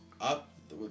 Up